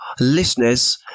listeners